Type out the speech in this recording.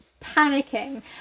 panicking